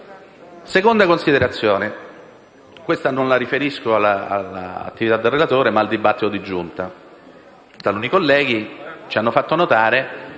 seconda considerazione, che non riferisco all'attività del relatore, ma al dibattito della Giunta.